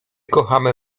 kochamy